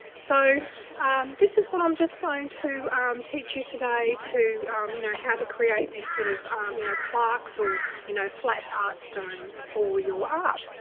so this is what i'm just going to ah um teach you today to um you know how to create these sort of um you know plaques or you know flat art stones or your art.